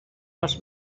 els